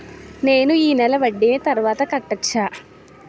నేను ఈ నెల వడ్డీని తర్వాత కట్టచా?